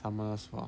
armarus four